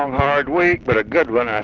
hard week, but a good one, i